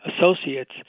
associates